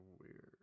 weird